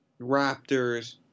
Raptors